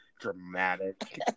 Dramatic